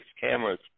cameras